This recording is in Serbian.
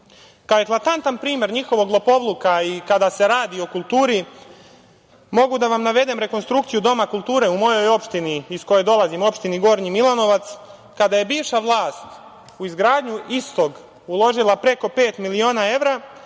eklatantan primer njihovog lopovluka i kada se radi o kulturi, mogu da vam navedem rekonstrukciju Doma kulture u moj opštini iz koje dolazim, opštini Gornji Milanovac, kada je bivša vlast u izgradnju istog uložila preko pet miliona evra,